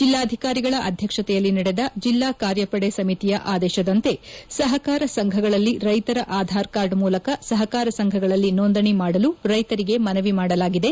ಜಿಲ್ಲಾಧಿಕಾರಿಗಳ ಅಧ್ಯಕ್ಷತೆಯಲ್ಲಿ ನಡೆದ ಜಿಲ್ಲಾ ಕಾರ್ಯಪಡೆ ಸಮಿತಿಯ ಆದೇಶದಂತೆ ಸಹಕಾರ ಸಂಘಗಳಲ್ಲಿ ರೈತರ ಆಧಾರ್ಕಾರ್ಡ್ ಮೂಲಕ ಸಹಕಾರ ಸಂಘಗಳಲ್ಲಿ ನೋಂದಣಿ ಮಾಡಲು ರೈತರಿಗೆ ಮನವಿ ಮಾಡಲಾಗಿದೆ